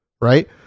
Right